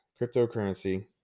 cryptocurrency